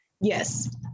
Yes